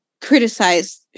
criticized